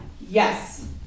Yes